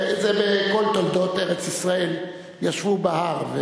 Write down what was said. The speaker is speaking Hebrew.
בכל תולדות ארץ-ישראל ישבו בהר.